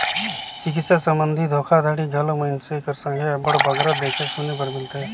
चिकित्सा संबंधी धोखाघड़ी घलो मइनसे कर संघे अब्बड़ बगरा देखे सुने बर मिलथे